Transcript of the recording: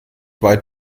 weit